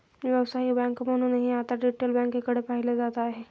व्यावसायिक बँक म्हणूनही आता रिटेल बँकेकडे पाहिलं जात आहे